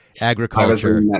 agriculture